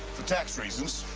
for tax reasons,